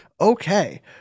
Okay